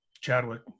Chadwick